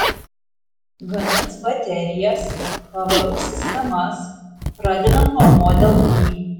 gamins baterijas pavarų sistemas pradedant nuo model y